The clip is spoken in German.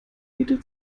jede